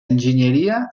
enginyeria